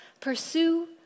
pursue